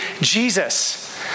Jesus